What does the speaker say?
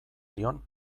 dion